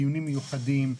דיונים מיוחדים,